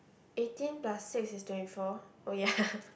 eighteen plus six is twenty four oh ya